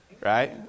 Right